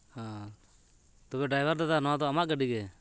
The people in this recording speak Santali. ᱦᱮᱸ ᱛᱚᱵᱮ ᱰᱨᱟᱭᱵᱷᱟᱨ ᱫᱟᱫᱟ ᱱᱚᱣᱟ ᱫᱚ ᱟᱢᱟᱜ ᱜᱟᱹᱰᱤ ᱜᱮ